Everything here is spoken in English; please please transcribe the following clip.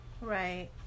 right